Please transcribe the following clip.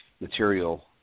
material